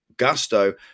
gusto